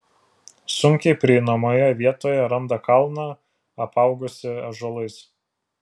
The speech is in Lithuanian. sunkiai prieinamoje vietoje randa kalną apaugusį ąžuolais